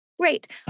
great